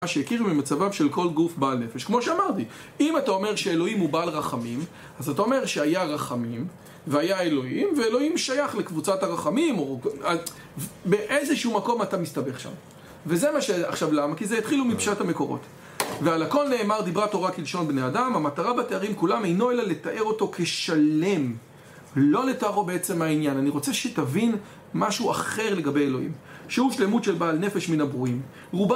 שהכירו במצבם של כל גוף בעל נפש, כמו שאמרתי אם אתה אומר שאלוהים הוא בעל רחמים, אז אתה אומר שהיה רחמים והיה אלוהים ואלוהים שייך לקבוצת הרחמים, באיזשהו מקום אתה מסתבך. למה? כי זה התחילו מפשט המקורות ועל הכל נאמר דברי התורה כלשון בני אדם המטרה בתארים כולם אינו לתאר אותו כשלם. לא לתארו בעצם העניין, אני רוצה שתבין משהו אחר לגבי אלוהים שהוא שלמות של בעל נפש מן הברואים